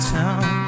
town